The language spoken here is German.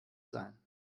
sein